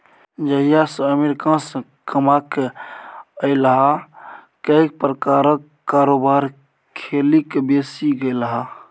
जहिया सँ अमेरिकासँ कमाकेँ अयलाह कैक प्रकारक कारोबार खेलिक बैसि गेलाह